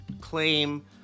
claim